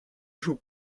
joue